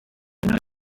know